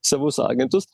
savus agentus